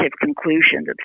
conclusions